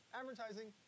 advertising